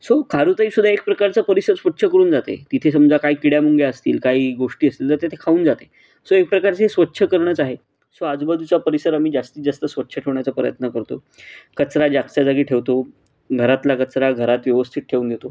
so खारुताई सुद्धा एक प्रकारचा परिसर स्वच्छ करून जाते तिथे समजा काही किड्यामुंग्या असतील काही गोष्टी असतील तर ते ते खाऊन जाते सो एक प्रकारचे हे स्वच्छ करणंच आहे सो आजूबाजूचा परिसर आम्ही जास्तीत जास्त स्वच्छ ठेवण्याचा प्रयत्न करतो कचरा जागच्या जागी ठेवतो घरातला कचरा घरात व्यवस्थित ठेवून देतो